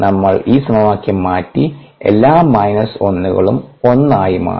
നമ്മൾ ഈ സമവാക്യം മാറ്റി എല്ലാ മൈനസ് 1 കളും 1 ആയി മാറി